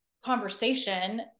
conversation